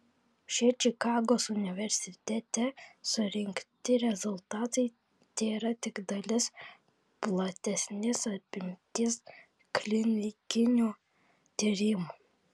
šie čikagos universitete surinkti rezultatai tėra tik dalis platesnės apimties klinikinių tyrimų